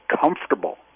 comfortable